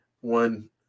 one